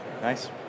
Nice